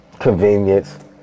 Convenience